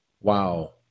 Wow